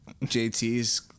JT's